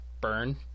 Burn